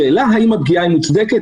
השאלה היא האם הפגיעה מוצדקת.